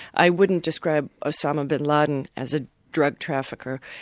i wouldn't describe osama bin laden as a drug trafficker,